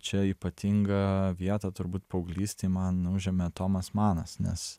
čia ypatingą vietą turbūt paauglystėj man užėmė tomas manas nes